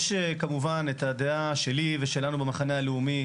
יש כמובן את הדעה שלי ושלנו במחנה הלאומי